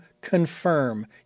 confirm